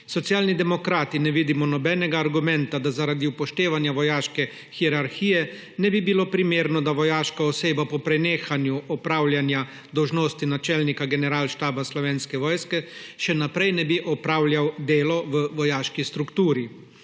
Socialni demokrati ne vidimo nobenega argumenta, da zaradi upoštevanja vojaške hierarhije ne bi bilo primerno, da vojaška oseba po prenehanju opravljanja dolžnosti načelnika Generalštaba Slovenske vojske še naprej opravlja dela v vojaški strukturi.